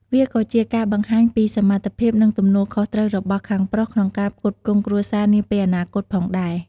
វាក៏ជាការបង្ហាញពី សមត្ថភាព និង ទំនួលខុសត្រូវ របស់ខាងប្រុសក្នុងការផ្គត់ផ្គង់គ្រួសារនាពេលអនាគតផងដែរ។